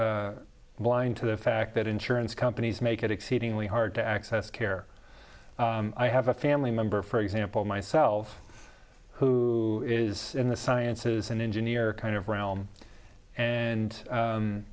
largely blind to the fact that insurance companies make it exceedingly hard to access care i have a family member for example myself who is in the sciences an engineer kind of realm and